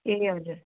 ए हजुर